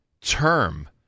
term